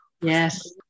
Yes